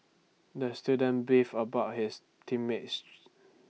the student beef about his team mate